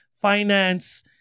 finance